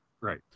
right